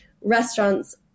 restaurants